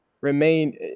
Remain